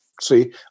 see